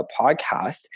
podcast